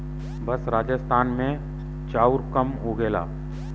बस राजस्थाने मे चाउर कम उगेला